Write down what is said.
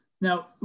Now